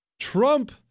Trump